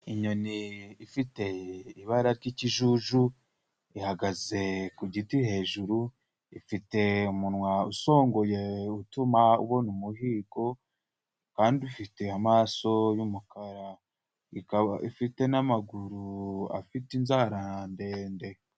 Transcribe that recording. Inyoni ifite ibara ry'ikijuju ihagaze ku giti hejuru ifite umunwa usongoye utuma ibona umuhigo kandi ifite amaso y'umukara, ikaba ifite n'amaguru afite inzara ndende.